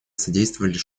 содействовали